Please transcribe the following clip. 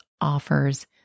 offers